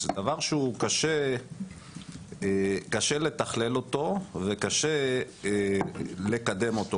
זה דבר שקשה לתכלל אותו וקשה לקדם אותו.